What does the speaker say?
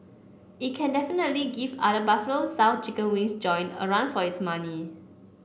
it can definitely give other Buffalo style chicken wings joint a run for its money